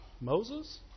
Moses